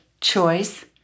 choice